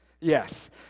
Yes